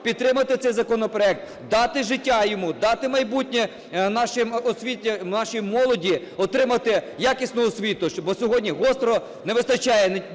підтримати цей законопроект, дати життя йому, дати майбутнє нашій молоді отримати якісну освіту. Бо сьогодні гостро не вистачає